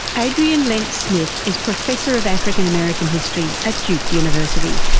adriane lentz-smith is professor of african american history at duke university.